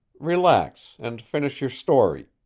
relax, and finish your story.